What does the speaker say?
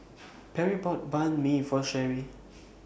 Perri bought Banh MI For Sherrie